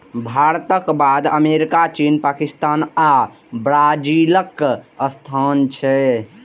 भारतक बाद अमेरिका, चीन, पाकिस्तान आ ब्राजीलक स्थान छै